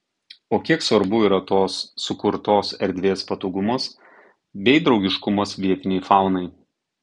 o kiek svarbu yra tos sukurtos erdvės patogumas bei draugiškumas vietinei faunai